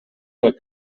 del